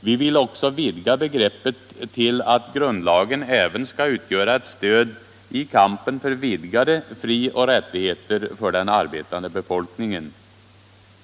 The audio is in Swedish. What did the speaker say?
Vi vill också utöka begreppet till att grundlagen även skall utgöra ett stöd i kampen för vidgade frioch rättigheter för den arbetande befolkningen.